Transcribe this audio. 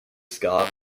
scot